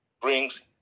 brings